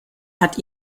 hat